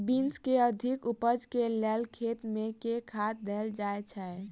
Beans केँ अधिक उपज केँ लेल खेत मे केँ खाद देल जाए छैय?